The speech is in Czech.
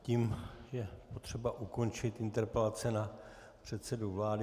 Tím je potřeba ukončit interpelace na předsedu vlády.